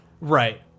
right